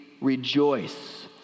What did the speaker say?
rejoice